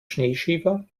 schneeschieber